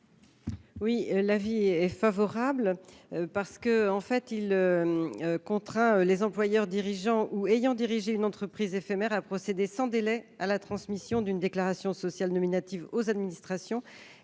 ? L'avis est favorable sur cet amendement qui vise à contraindre les employeurs qui dirigent ou qui ont dirigé une entreprise éphémère à procéder sans délai à la transmission d'une déclaration sociale nominative aux administrations